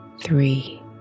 three